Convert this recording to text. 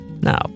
Now